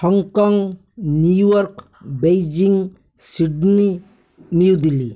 Hong Kong New York Beijing Sydney New Delhi